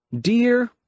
Dear